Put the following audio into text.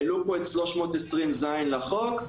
העלו פה את 320(ז) לחוק.